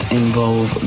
involve